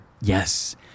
Yes